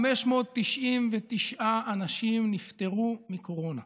599 אנשים נפטרו מקורונה,